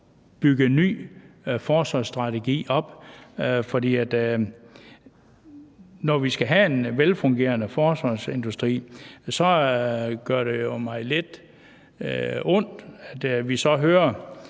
bygge en ny forsvarsstrategi op. For når vi skal have en velfungerende forsvarsindustri, gør det mig lidt ondt, at vi så hører,